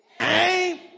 aim